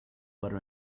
butter